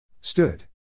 Stood